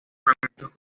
fragmentos